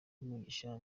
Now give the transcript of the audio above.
umugisha